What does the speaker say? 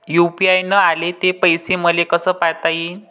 UPI न आले ते पैसे मले कसे पायता येईन?